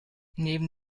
neben